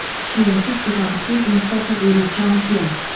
she insisted on sleeping separately with jiang tian.